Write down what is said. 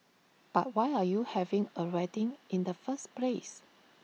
but why are you having A wedding in the first place